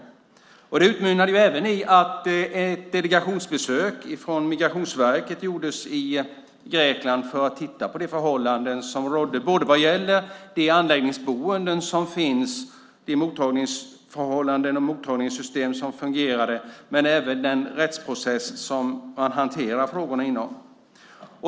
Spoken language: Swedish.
Detta har utmynnat i att ett delegationsbesök från Migrationsverket gjordes i Grekland för att titta på de förhållanden som rådde vad gäller anläggningsboenden, mottagningsförhållanden och mottagningssystem samt den rättsprocess som man hanterar frågorna inom.